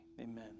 Amen